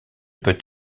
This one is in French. peut